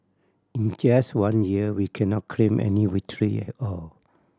in just one year we cannot claim any victory at all